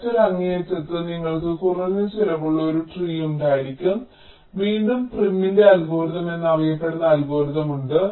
മറ്റൊരു അങ്ങേയറ്റത്ത് നിങ്ങൾക്ക് കുറഞ്ഞ ചിലവ് ഉള്ള ഒരു ട്രീ ഉണ്ടായിരിക്കാം വീണ്ടും പ്രിമിന്റെ അൽഗോരിതം എന്നറിയപ്പെടുന്ന അൽഗോരിതം ഉണ്ട്